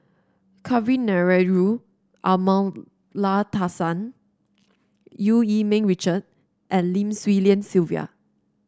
Kavignareru Amallathasan Eu Yee Ming Richard and Lim Swee Lian Sylvia